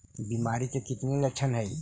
बीमारी के कितने लक्षण हैं?